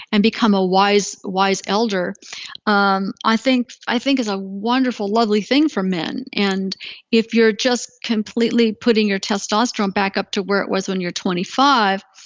and become a wise wise elder um i think i think is ah wonderful, lovely thing for men. and if you're just completely putting your testosterone back up to where it was when you're twenty five,